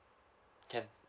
can